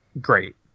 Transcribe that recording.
great